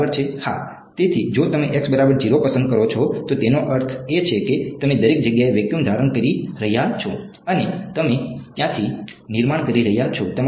હા તેથી જો તમે પસંદ કરો છો તો તેનો અર્થ એ છે કે તમે દરેક જગ્યાએ વેક્યુમ ધારણ કરી રહ્યાં છો અને તમે ત્યાંથી નિર્માણ કરી રહ્યાં છો